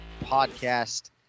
podcast